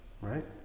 right